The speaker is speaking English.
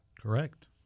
Correct